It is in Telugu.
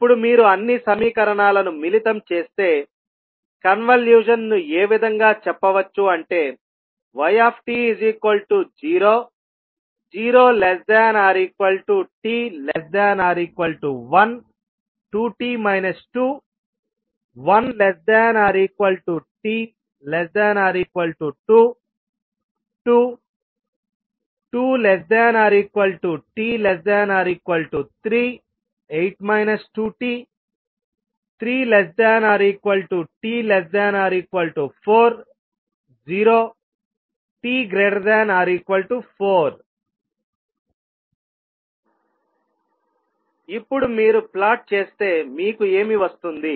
ఇప్పుడు మీరు అన్ని సమీకరణాలను మిళితం చేస్తే కన్వల్యూషన్ను ఏ విధంగా చెప్పవచ్చు అంటే yt00≤t≤1 2t 21≤t≤2 22≤t≤3 8 2t3≤t≤4 0t≥4 ఇప్పుడు మీరు ఫ్లాట్ చేస్తే మీకు ఏమి వస్తుంది